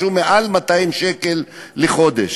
משהו מעל 200 שקל לחודש.